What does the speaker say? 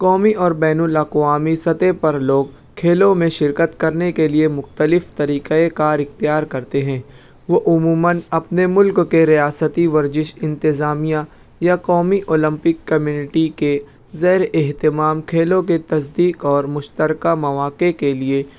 قومی اور بین الاقوامی سطح پر لوگ کھیلوں میں شرکت کرنے کے لیے مختلف طریقے کار اختیار کرتے ہیں وہ عموماً اپنے مُلک کے ریاستی ورزش انتظامیہ یا قومی اولمپک کمیٹی کے زیرِ اہتمام کھیلوں کے تصدیق اور مشترکہ مواقع کے لیے